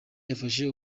yafashe